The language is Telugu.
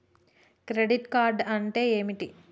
క్రెడిట్ కార్డ్ అంటే ఏమిటి?